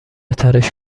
ترِش